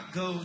go